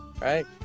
right